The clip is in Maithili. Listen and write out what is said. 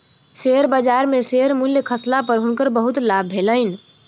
शेयर बजार में शेयर मूल्य खसला पर हुनकर बहुत लाभ भेलैन